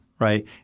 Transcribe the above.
right